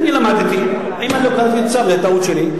אני למדתי, אם לא קראתי את הצו זו טעות שלי.